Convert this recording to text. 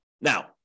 Now